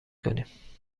کنیم